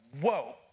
whoa